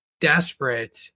desperate